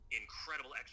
incredible